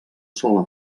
sola